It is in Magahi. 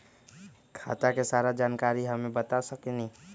खाता के सारा जानकारी हमे बता सकेनी?